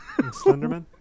Slenderman